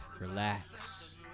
relax